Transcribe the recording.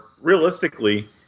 realistically